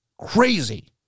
Crazy